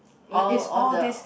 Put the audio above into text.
all all the